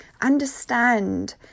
understand